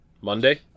Monday